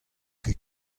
ket